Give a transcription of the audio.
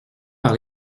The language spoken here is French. par